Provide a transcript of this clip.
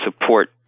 support